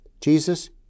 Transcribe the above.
Jesus